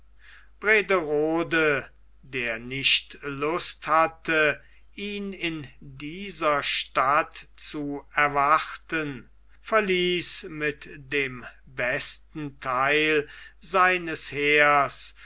der nicht lust hatte ihn in dieser stadt zu erwarten verließ mit dem besten theil seines heeres